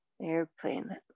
Airplane